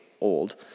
old